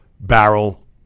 barrel